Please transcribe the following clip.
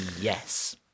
yes